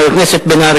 חבר הכנסת מיכאל